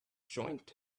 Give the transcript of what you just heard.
joint